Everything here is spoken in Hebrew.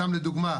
סתם לדוגמא,